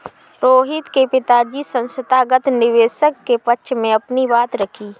रोहित के पिताजी संस्थागत निवेशक के पक्ष में अपनी बात रखी